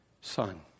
son